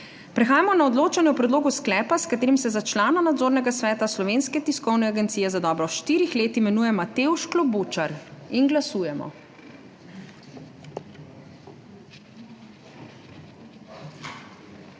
Prehajamo na odločanje o predlogu sklepa, s katerim se za člana Nadzornega sveta Slovenske tiskovne agencije za dobro štirih let imenuje Matevž Klobučar. Glasujemo.